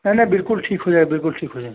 नहीं नहीं बिल्कुल ठीक हो जाए बिल्कुल ठीक हो जाए